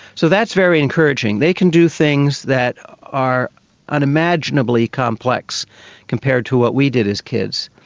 so that's very encouraging. they can do things that are unimaginably complex compared to what we did as kids.